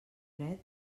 fred